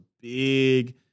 big